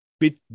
bit